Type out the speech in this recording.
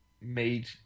made